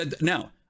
now